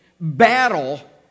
battle